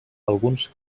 alguns